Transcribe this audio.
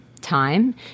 time